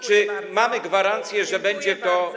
Czy mamy gwarancję, że będzie to.